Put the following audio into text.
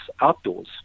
outdoors